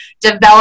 develop